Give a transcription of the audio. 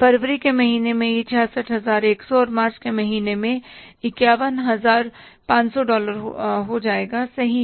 फरवरी के महीने में यह 66100 और मार्च के महीने में 51500 डॉलर हो जाएगा सही है